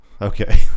Okay